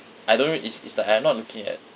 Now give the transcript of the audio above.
I don't really is is like I am not looking at